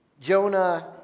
Jonah